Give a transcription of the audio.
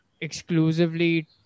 exclusively